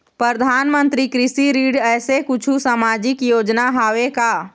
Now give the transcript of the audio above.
परधानमंतरी कृषि ऋण ऐसे कुछू सामाजिक योजना हावे का?